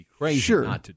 Sure